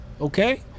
okay